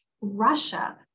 Russia